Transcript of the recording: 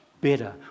better